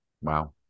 Wow